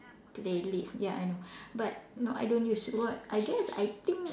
playlist ya I know but no I don't use but I guess I think